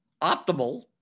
optimal